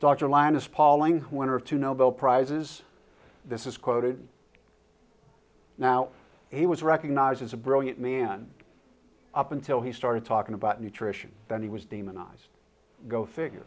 dr linus pauling one of two nobel prizes this is quoted now he was recognized as a brilliant man up until he started talking about nutrition then he was demonized go figure